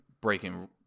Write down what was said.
breaking